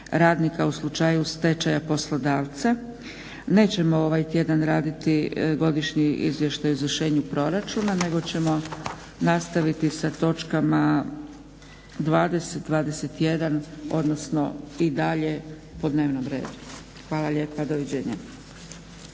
u slučaju stečaja Poslodavca. Nećemo ovaj tjedan raditi Godišnji izvještaj o izvršenju proračuna, nego ćemo nastaviti sa točkama 20., 21. odnosno i dalje po dnevnom redu. Hvala lijepa. Doviđenja!